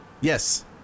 Yes